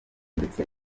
ndetse